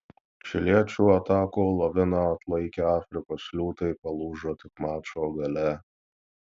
čiliečių atakų laviną atlaikę afrikos liūtai palūžo tik mačo gale